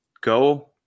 go